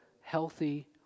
healthy